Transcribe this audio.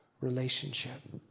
Relationship